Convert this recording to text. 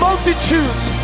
multitudes